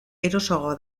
erosoagoa